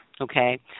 okay